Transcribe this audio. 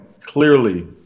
clearly